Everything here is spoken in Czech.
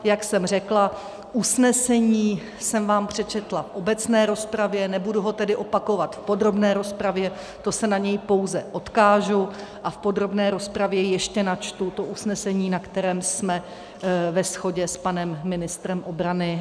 Jak jsem řekla, usnesení jsem vám přečetla v obecné rozpravě, nebudu ho tedy opakovat v podrobné rozpravě, to se na něj pouze odkážu, a v podrobné rozpravě ještě načtu to usnesení, na kterém jsme ve shodě s panem ministrem obrany.